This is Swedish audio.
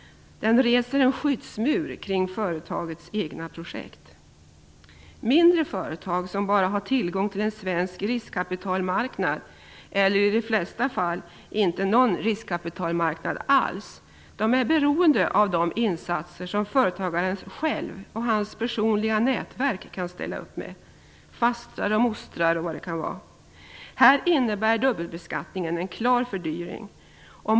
Den reser en skyddsmur kring företagets egna projekt. Mindre företag som bara har tillgång till en svensk riskkapitalmarknad eller i de flesta fall ingen riskkapitalmarknad alls är beroende av de insatser som företagaren själv och hans personliga nätverk kan ställa upp med, t.ex. fastrar och mostrar osv. Här innebär dubbelbeskattningen en klar fördyring.